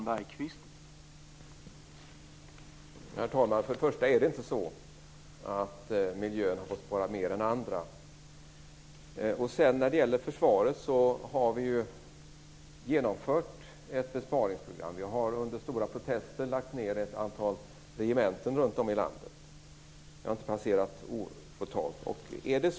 Herr talman! För det första är det inte så att miljön har fått spara mer än andra. För det andra har vi genomfört ett besparingsprogram för försvaret. Vi har trots stora protester lagt ned ett antal regementen runt om i landet. Det har inte passerat obemärkt.